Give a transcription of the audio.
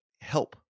help